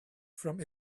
from